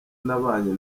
nabanye